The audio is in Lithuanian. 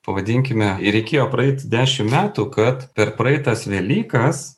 pavadinkime reikėjo praeit dešim metų kad per praeitas velykas